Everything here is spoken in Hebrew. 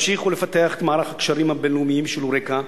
יש להמשיך ולפתח את מערך הקשרים הבין-לאומיים של "יוריקה"